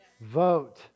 Vote